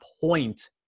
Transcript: point